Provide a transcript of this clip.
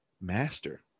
Master